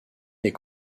est